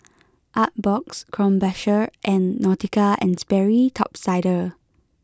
Artbox Krombacher and Nautica and Sperry Top Sider